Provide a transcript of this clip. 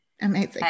Amazing